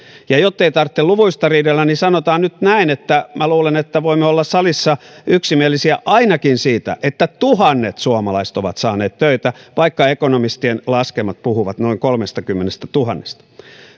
ja jottei tarvitse luvuista riidellä niin sanotaan nyt näin että minä luulen että voimme olla salissa yksimielisiä ainakin siitä että tuhannet suomalaiset ovat saaneet töitä vaikka ekonomistien laskelmat puhuvat noin kolmestakymmenestätuhannesta